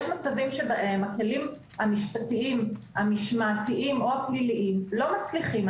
יש מצבים שבהם הכלים המשפטיים המשמעתיים או הפליליים לא מצליחים.